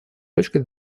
точкой